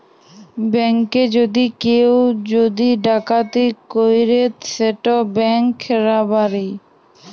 ব্যাংকে যদি কেউ যদি ডাকাতি ক্যরে সেট ব্যাংক রাবারি